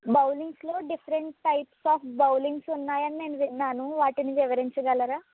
బౌలింగ్స్లో different types of bowlings ఉన్నాయని నేను విన్నాను వాటిని వివరించగలరా